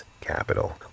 capital